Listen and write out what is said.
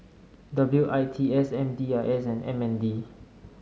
W I T S M D I S and M N D